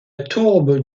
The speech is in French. tourbe